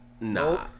No